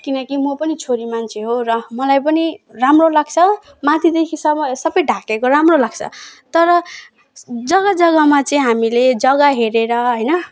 किनकि म पनि छोरी मान्छे हो र मलाई पनि राम्रो लाग्छ माथिदेखिसम्म सबै ढाकेको राम्रो लाग्छ तर जग्गा जग्गामा चाहिँ हामीले जग्गा हेरेर होइन